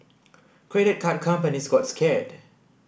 credit card companies got scared